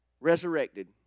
resurrected